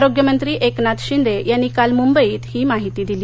आरोग्यमंत्री एकनाथ शिंदे यांनी काल मूंबईत ही माहिती दिली